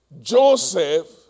Joseph